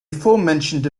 aforementioned